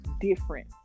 different